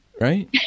Right